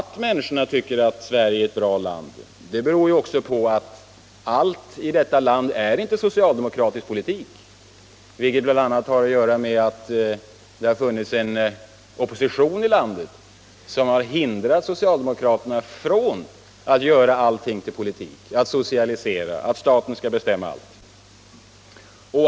Att människorna tycker att Sverige är ett bra land beror också på att allt i detta land inte är resultatet av socialdemokratisk politik, vilket bl.a. har att göra med att vi haft en opposition som hindrat socialdemokraterna från att göra allting till politik — från att socialisera och från att låta staten bestämma allt.